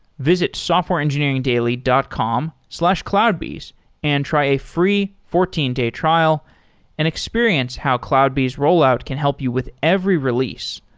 visit softwareengineeringdaily dot com slash cloudbees and try a free fourteen day trial and experience how cloudbees rollout can help you with every release.